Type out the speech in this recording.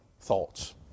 thoughts